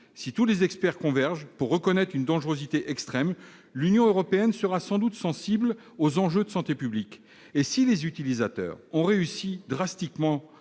Si tous les experts convergent pour reconnaître une dangerosité extrême, l'Union européenne sera sans doute sensible aux enjeux de santé publique. Si les utilisateurs réussissent